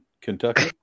Kentucky